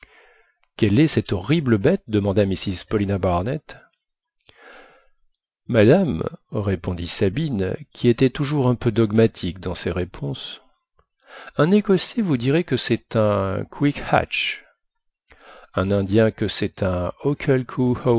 quelle est cette horrible bête demanda mrs paulina barnett madame répondit sabine qui était toujours un peu dogmatique dans ses réponses un écossais vous dirait que c'est un quickhatch un indien que c'est un okelcoo haw gew un